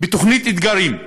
בתוכנית "אתגרים",